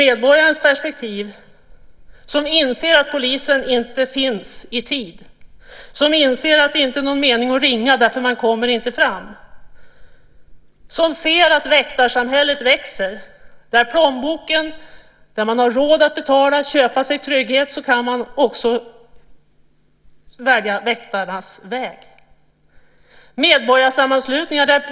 Medborgaren inser att polisen inte finns i tid och att det inte är någon mening med att ringa eftersom man inte kommer fram. Väktarsamhället växer där man har råd att betala och köpa sig trygghet. Det finns medborgarsammanslutningar.